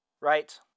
Right